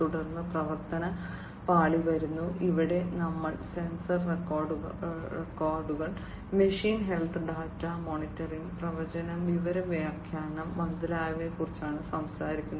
തുടർന്ന് പരിവർത്തന പാളി വരുന്നു ഇവിടെ നമ്മൾ സെൻസർ റെക്കോർഡുകൾ മെഷീൻ ഹെൽത്ത് ഡാറ്റ മോണിറ്ററിംഗ് പ്രവചനം വിവര വ്യാഖ്യാനം മുതലായവയെക്കുറിച്ചാണ് സംസാരിക്കുന്നത്